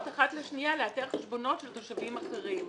אחת לשנייה לאתר חשבונות של תושבים אחרים.